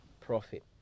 Profit